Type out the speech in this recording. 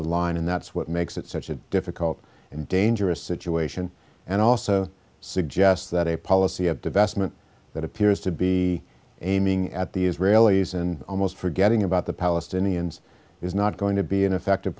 the line and that's what makes it such a difficult and dangerous situation and also suggests that a policy of divestment that appears to be aiming at the israelis and almost forgetting about the palestinians is not going to be an effective